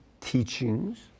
Teachings